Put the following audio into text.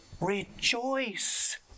rejoice